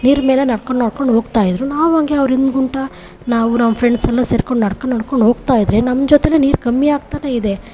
ನೀರು ಮೇಲೆ ನಡ್ಕೊಂಡು ನಡ್ಕೊಂಡು ಹೋಗ್ತಾ ಇದ್ದರು ನಾವು ಹಂಗೆ ಅವರಿಂದ್ಗುಂಟ ನಾವು ನಮ್ಮ ಫ್ರೆಂಡ್ಸೆಲ್ಲ ಸೇರ್ಕೊಂಡು ನಡ್ಕೊಂಡು ನಡ್ಕೊಂಡು ಹೋಗ್ತಾ ಇದ್ದರೆ ನಮ್ಮ ಜೊತೆಯೇ ನೀರು ಕಮ್ಮಿಯಾಗ್ತಲೇ ಇದೆ